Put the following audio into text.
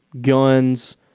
guns